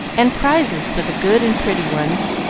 and prizes for the good and pretty ones,